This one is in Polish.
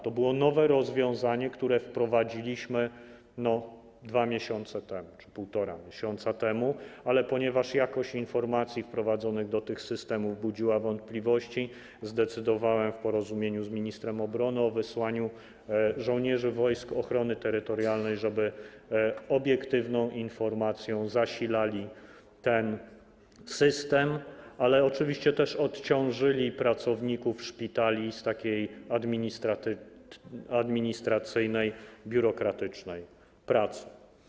To było nowe rozwiązanie, które wprowadziliśmy 2 miesiące temu czy 1,5 miesiąca temu, ale ponieważ jakość informacji wprowadzonych do tych systemów budziła wątpliwości, zdecydowałem w porozumieniu z ministrem obrony o wysłaniu żołnierzy wojsk ochrony terytorialnej, żeby obiektywną informacją zasilali ten system, ale oczywiście też odciążyli pracowników szpitali od administracyjnej, biurokratycznej pracy.